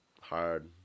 Hard